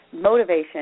motivation